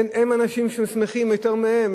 אין אנשים שיהיו שמחים יותר מהם,